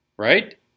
right